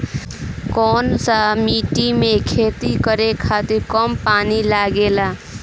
कौन सा मिट्टी में खेती करे खातिर कम पानी लागेला?